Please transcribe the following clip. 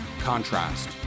contrast